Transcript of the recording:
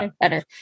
better